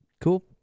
Cool